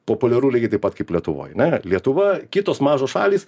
populiaru lygiai taip pat kaip lietuvoj ne lietuva kitos mažos šalys